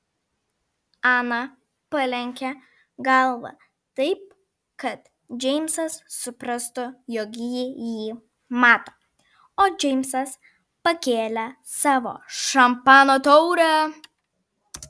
ana palenkė galvą taip kad džeimsas suprastų jog jį ji mato o džeimsas pakėlė savo šampano taurę